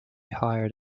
hired